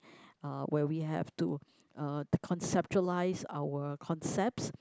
uh where we have to uh to conceptualise our concepts